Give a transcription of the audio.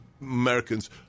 Americans